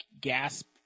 gasp